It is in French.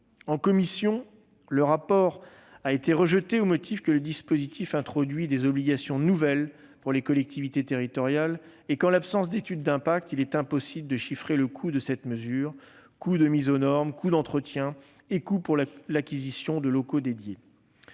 En commission, le rapport a été rejeté au motif que le dispositif introduit des obligations nouvelles pour les collectivités territoriales et que, en l'absence d'étude d'impact, il est impossible de chiffrer le coût de cette mesure- coût de mise aux normes, d'entretien et coûts d'acquisition de locaux dédiés.